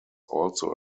also